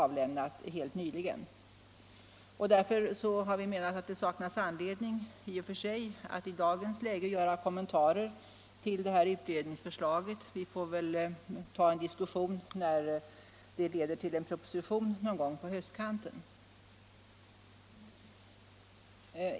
avlämnat helt nyligen. Därför har vi menat att det saknas anledning i och för sig att i dagens läge göra kommentarer till utredningsförslaget. Vi får väl ta upp en diskussion när utredningsförslaget leder till en proposition någon gång på höstkanten.